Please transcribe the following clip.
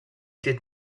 did